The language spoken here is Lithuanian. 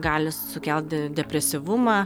gali sukelt de depresyvumą